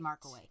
Markaway